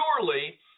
surely